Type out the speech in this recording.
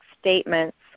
statements